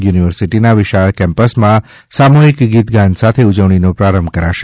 યુનિવર્સિટીના વિશાળ કેમ્પસમાં સામૂહિક ગીતગાન સાથે ઉજવણીનો પ્રારંભ કરાશે